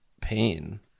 pain